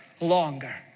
longer